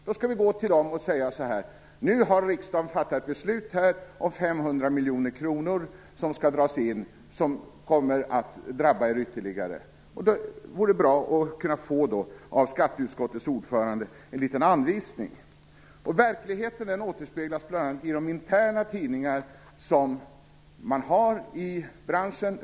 Vi skall alltså säga till dem att riksdagen har fattat beslut om att 500 miljoner kronor skall dras in, och att detta kommer att drabba dem ytterligare. Det vore bra att kunna få en liten anvisning för detta av skatteutskottets ordförande. Verkligheten återspeglas bl.a. i de interna tidningar som finns i branschen.